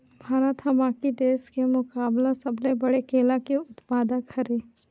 भारत हा बाकि देस के मुकाबला सबले बड़े केला के उत्पादक हरे